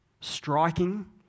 striking